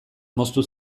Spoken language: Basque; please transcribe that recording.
moztu